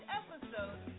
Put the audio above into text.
episode